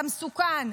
אתה מסוכן.